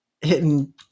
hitting